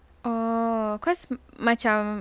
oh cause macam